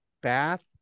bath